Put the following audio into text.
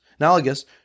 Analogous